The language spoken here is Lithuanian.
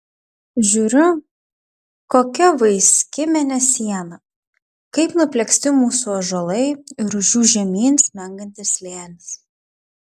žiūriu kokia vaiski mėnesiena kaip nuplieksti mūsų ąžuolai ir už jų žemyn smengantis slėnis